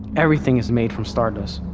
everything is made from stardust,